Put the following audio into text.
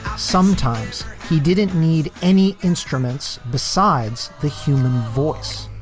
sometimes he didn't need any instruments besides the human voice